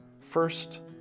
First